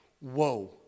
Whoa